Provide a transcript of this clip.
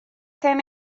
kin